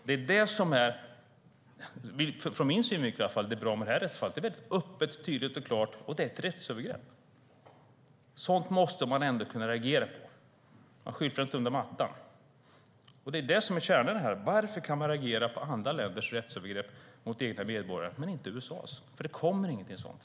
Det som är bra med detta rättsfall, i alla fall från min synvinkel, är att det är öppet, tydligt och klart att det är ett rättsövergrepp. Sådant måste man kunna reagera på. Man skyfflar det inte under mattan. Det är det som är kärnan i det här: Varför kan man reagera på andra länders rättsövergrepp mot egna medborgare, men inte mot USA:s? Det kommer ingenting sådant.